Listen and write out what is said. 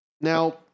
now